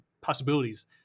possibilities